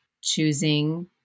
choosing